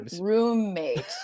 roommate